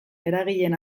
eragileen